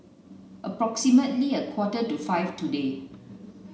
approximately a quarter to five today